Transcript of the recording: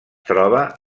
troba